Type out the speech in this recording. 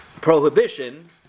prohibition